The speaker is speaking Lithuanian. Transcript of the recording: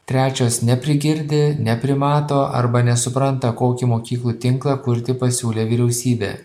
trečios neprigirdi neprimato arba nesupranta kokį mokyklų tinklą kurti pasiūlė vyriausybė